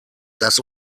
das